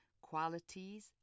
qualities